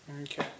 Okay